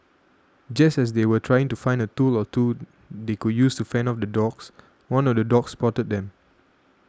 just as they were trying to find a tool or two they could use to fend off the dogs one of the dogs spotted them